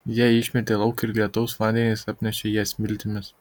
ją išmetė lauk ir lietaus vandenys apnešė ją smiltimis